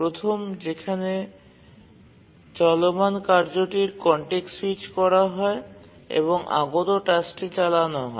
প্রথমত যেখানে চলমান কার্যটির কনটেক্সট স্যুইচ করা হয় এবং আগত টাস্কটি চালানো হয়